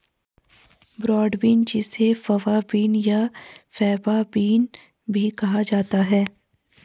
broad bean जिसे fava bean या faba bean भी कहा जाता है